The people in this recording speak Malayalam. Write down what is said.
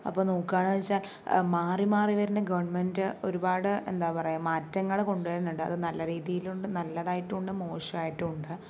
അപ്പോൾ നോക്കാണെച്ചാൽ മാറിമാറിവരുന്ന ഗവൺമെന്റ് ഒരുപാട് എന്താ പറയുക മാറ്റങ്ങൾ കൊണ്ടുവരുന്നുണ്ട് അത് നല്ല രീതിയിൽ ഉണ്ട് നല്ലതായിട്ടുമു ണ്ട് മോശമായിട്ടുണ്ട്